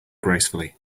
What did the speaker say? gracefully